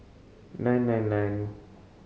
nine nine nine